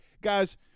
Guys